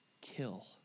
kill